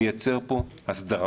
כדי לייצר הסדרה.